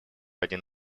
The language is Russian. один